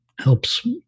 helps